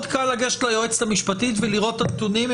מאוד קל לגשת ליועצת המשפטית ולראות את הנתונים,